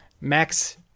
Max